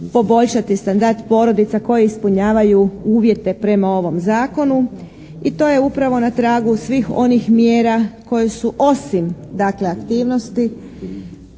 poboljšati standard porodica koje ispunjavaju uvjete prema ovom zakonu. I to je upravo na tragu svih onih mjera koje su osim dakle aktivnosti